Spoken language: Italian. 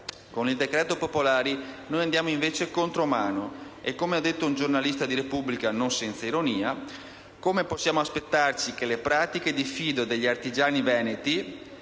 banche popolari noi andiamo, invece, contro mano e - come ha detto un giornalista de «la Repubblica», non senza ironia - come possiamo aspettarci che le pratiche di fido degli artigiani veneti,